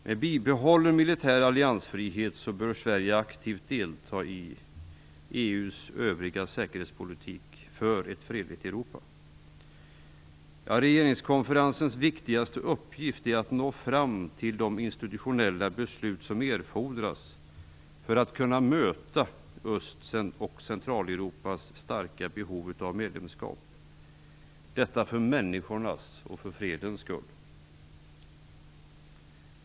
Med bibehållen militär alliansfrihet bör Sverige aktivt delta i EU:s övriga säkerhetspolitik för ett fredligt Europa. Regeringskonferensens viktigaste uppgift är att nå fram till de institutionella beslut som erfordras för att man skall kunna möta Öst och Centraleuropas starka behov av medlemskap - detta för människornas och för fredens skull.